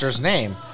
name